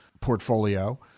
portfolio